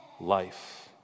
life